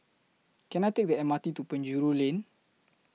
Can I Take The M R T to Penjuru Lane